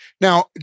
now